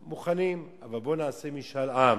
מוכנים, אבל בואו נעשה משאל עם.